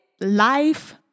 life